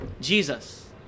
Jesus